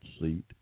seat